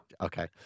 Okay